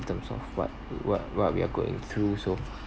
in terms of what what what we are going through so